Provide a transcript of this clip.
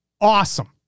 awesome